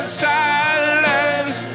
silence